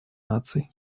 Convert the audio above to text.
наций